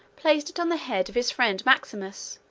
placed it on the head of his friend maximus,